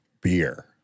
beer